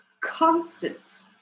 constant